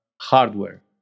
hardware